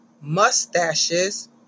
Mustache's